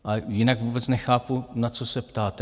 A jinak vůbec nechápu, na co se ptáte.